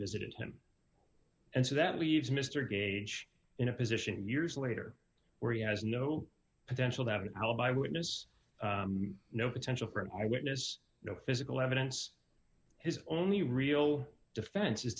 visited him and so that leaves mr gage in a position years later where he has no potential to have an alibi witness no potential for an eye witness no physical evidence his only real defense is